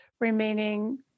remaining